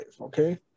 okay